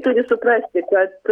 turi suprasti kad